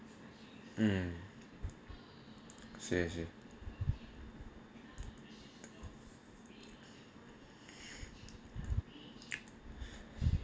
mm I see I see